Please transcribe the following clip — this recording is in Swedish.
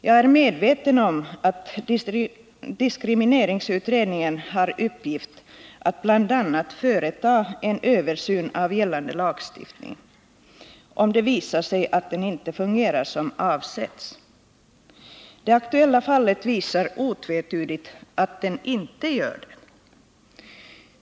Jag är medveten om att diskrimineringsutredningen har till uppgift att bl.a. företa en översyn av gällande lagstiftning om det visar sig att den inte fungerar som avsetts. Det aktuella fallet visade otvetydigt att den inte gör det.